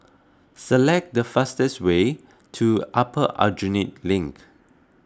select the fastest way to Upper Aljunied Link